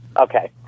Okay